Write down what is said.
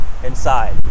inside